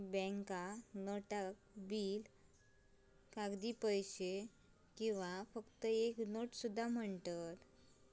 bank नोटाक bill, कागदी पैसो किंवा फक्त एक नोट सुद्धा म्हणतत